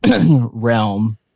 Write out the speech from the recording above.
realm